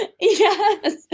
Yes